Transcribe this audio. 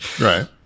right